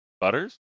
Butters